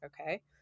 Okay